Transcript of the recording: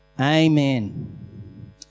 Amen